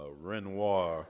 Renoir